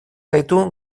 gaitu